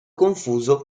confuso